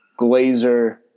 Glazer